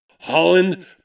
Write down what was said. Holland